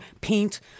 paint